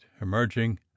emerging